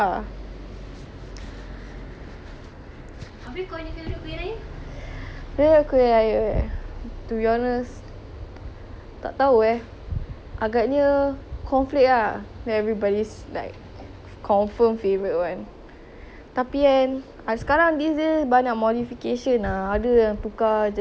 favourite kuih raya to be honest tak tahu eh agaknya cornflake ah everybody's like confirm favourite [one] tapi kan sekarang these days banyak modification ah ada yang tukar nanti letak kismis lah eh tak suka seh I like the original [one]